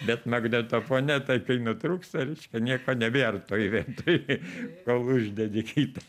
bet magnetofone tai kai nutrūksta reiškia nieko nebėr toj vietoj kol uždedi kitą